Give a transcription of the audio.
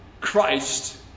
Christ